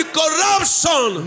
corruption